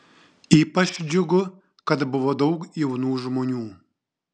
ypač džiugų kad buvo daug jaunų žmonių